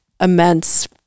immense